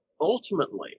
ultimately